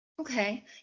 Okay